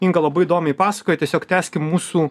inga labai įdomiai pasakojo tiesiog tęskim mūsų